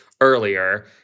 earlier